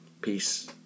Peace